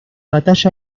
batalla